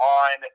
on